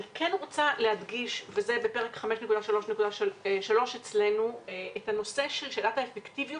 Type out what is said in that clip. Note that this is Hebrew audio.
אני רוצה להדגיש מפרק 5.3.3 אצלנו את הנושא של שאלת האפקטיביות